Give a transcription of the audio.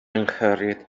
unhurried